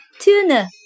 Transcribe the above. tuna